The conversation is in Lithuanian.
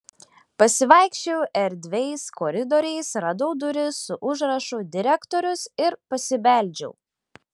pasivaikščiojau erdviais koridoriais radau duris su užrašu direktorius ir pasibeldžiau